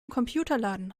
computerladen